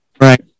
Right